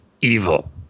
evil